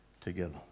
together